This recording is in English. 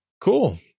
cool